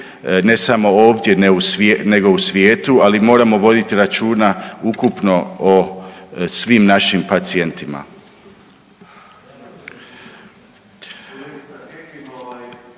ne samo ovdje nego i u svijetu, ali moramo voditi računa ukupno o svim našim pacijentima.